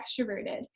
extroverted